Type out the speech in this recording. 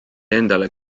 endale